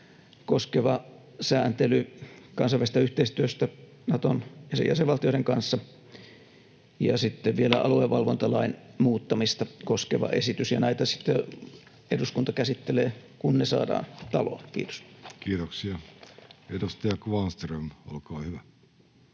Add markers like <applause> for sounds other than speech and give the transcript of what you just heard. koskeva sääntely kansainvälisestä yhteistyöstä Naton ja sen jäsenvaltioiden kanssa ja sitten vielä aluevalvontalain muuttamista koskeva esitys, <noise> ja näitä sitten eduskunta käsittelee, kun ne saadaan taloon. — Kiitos. [Speech 77] Speaker: